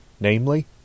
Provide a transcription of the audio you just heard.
Namely